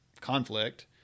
conflict